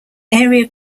area